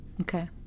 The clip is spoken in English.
Okay